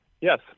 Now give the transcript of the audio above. Yes